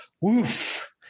woof